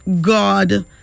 god